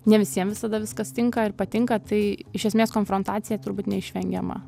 ne visiem visada viskas tinka ir patinka tai iš esmės konfrontacija turbūt neišvengiama